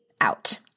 out